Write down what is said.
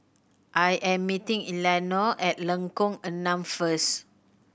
I am meeting Eleanore at Lengkok Enam first